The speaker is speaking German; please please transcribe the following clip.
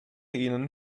ihnen